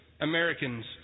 Americans